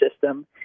system